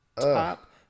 Top